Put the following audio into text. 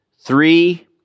three